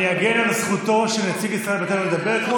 אני אגן על זכותו של נציג ישראל ביתנו לדבר כמו